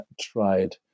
tried